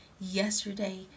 yesterday